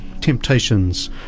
temptations